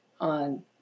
on